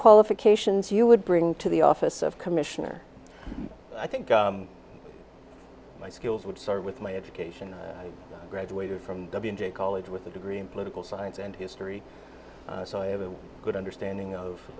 qualifications you would bring to the office of commissioner i think my skills would start with my education i graduated from college with a degree in political science and history so i have a good understanding